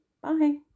Bye